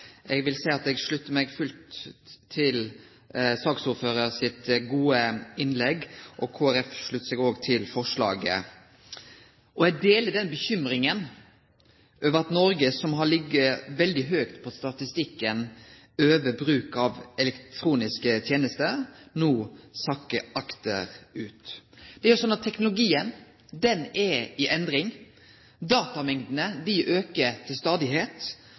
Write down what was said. Eg vil seie at eg sluttar meg fullt til saksordføraren sitt gode innlegg. Kristeleg Folkeparti sluttar seg òg til forslaget. Eg deler bekymringa over at Noreg, som har lege veldig høgt på statistikken over bruk av elektroniske tenester, no sakkar akterut. Det er slik at teknologien er i endring. Datamengdene aukar til